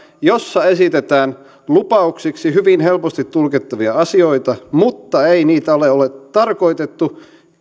jossa esitetään lupauksiksi hyvin helposti tulkittavia asioita mutta ei niitä ole tarkoitettu